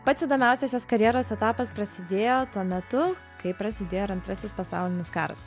pats įdomiausias jos karjeros etapas prasidėjo tuo metu kai prasidėjo ir antrasis pasaulinis karas